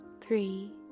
three